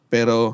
Pero